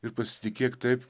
ir pasitikėk taip